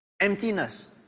emptiness